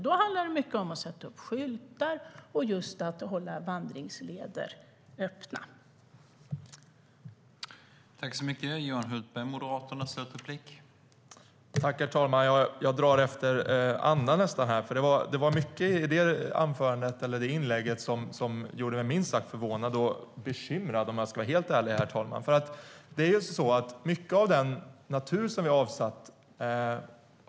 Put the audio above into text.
Då handlar det mycket om att sätta upp skyltar och att hålla vandringsleder öppna.